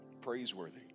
Praiseworthy